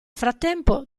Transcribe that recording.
frattempo